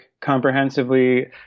comprehensively